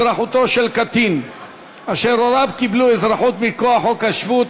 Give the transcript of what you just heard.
התאזרחותו של קטין אשר הוריו קיבלו אזרחות מכוח חוק השבות),